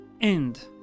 end